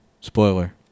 Spoiler